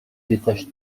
détache